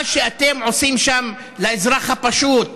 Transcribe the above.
מה שאתם עושים שם לאזרח הפשוט,